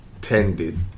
tended